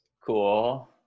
Cool